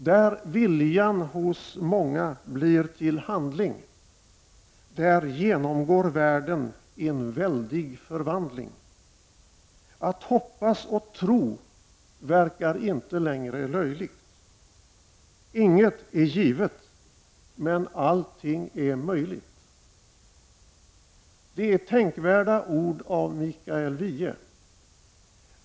Där viljan hos många blir till handling där genomgår världen en väldig förvandling. Att hoppas och tro verkar inte längre löjligt. Inget är givet, men allting är möjligt. Det är tänkvärda ord av Mikael Wiehe.